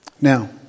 Now